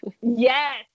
yes